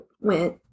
went